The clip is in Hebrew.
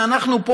ואנחנו פה,